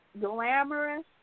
glamorous